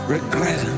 Regret